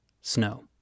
Snow